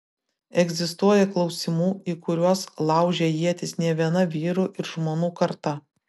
egzistuoja klausimų į kuriuos laužė ietis ne viena vyrų ir žmonų karta